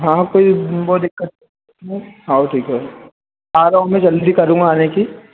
हाँ बहुत दिक्कत हाऊ ठीक है आ रहा हूँ मैं जल्दी करूंगा आने की